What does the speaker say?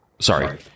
Sorry